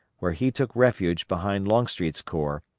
where he took refuge behind longstreet's corps,